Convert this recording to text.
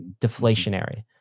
deflationary